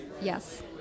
Yes